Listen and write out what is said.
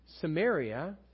Samaria